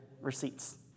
receipts